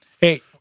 Hey